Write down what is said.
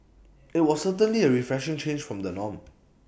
IT was certainly A refreshing change from the norm